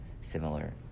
similar